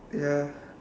ya